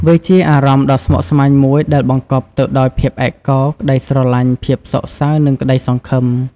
វាជាអារម្មណ៍ដ៏ស្មុគស្មាញមួយ ដែលបង្កប់ទៅដោយភាពឯកកោ ក្ដីស្រឡាញ់ ភាពសោកសៅ និងក្ដីសង្ឃឹម។